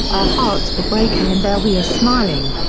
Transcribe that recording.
our hearts were breaking and there we are smiling.